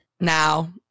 now